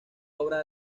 obra